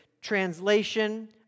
translation